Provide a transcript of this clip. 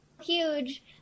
huge